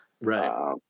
Right